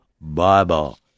Bible